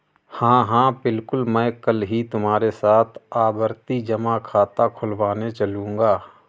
हां हां बिल्कुल मैं कल ही तुम्हारे साथ आवर्ती जमा खाता खुलवाने चलूंगा